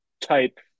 type